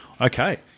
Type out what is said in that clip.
okay